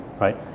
right